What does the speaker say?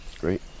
great